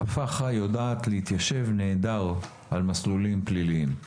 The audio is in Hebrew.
שהפח"ע יודעת להתיישב נהדר על מסלולים פליליים.